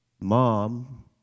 mom